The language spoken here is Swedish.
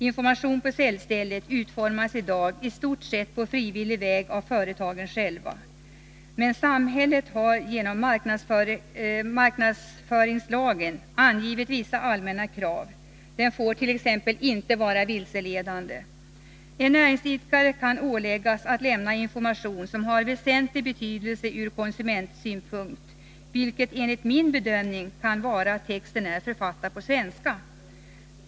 Information på säljstället utformas i dag i stort sett på frivillig väg av företagen själva. Men samhället har genom marknadsföringslagen angivit vissa allmänna krav. Informationen får t.ex. inte vara vilseledande. En näringsidkare kan åläggas att lämna information som har väsentlig betydelse ur konsumentsynpunkt. Enligt min bedöming är det av väsentlig betydelse att texten är avfattad på svenska.